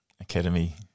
academy